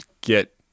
get